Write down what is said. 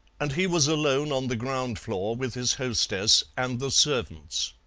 and he was alone on the ground-floor with his hostess and the servants.